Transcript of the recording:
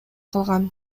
калган